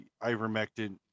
ivermectin